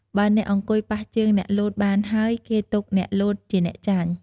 បើអ្នកអង្គុយប៉ះជើងអ្នកលោតបានហើយ គេទុកអ្នកលោតជាអ្នកចាញ់